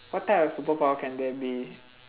what type of superpower can there be